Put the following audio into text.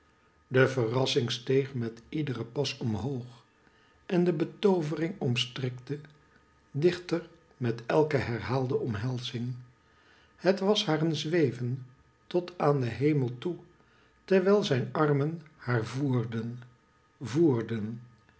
de verrassing steeg met iedere pas omhoog en de betoovering omstrikte dichter met elke herhaalde omhelzing het was haar een zweven tot aan den hemel toe terwijl zijn armen haar voerden voerden